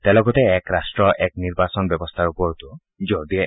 তেওঁ লগতে এক ৰাট্ট এক নিৰ্বাচন ব্যৱস্থাৰ ওপৰতো জোৰ দিয়ে